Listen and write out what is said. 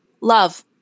love